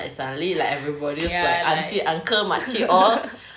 ya like